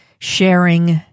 sharing